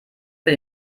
für